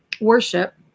worship